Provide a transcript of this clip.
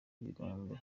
birombe